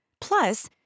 Plus